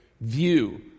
view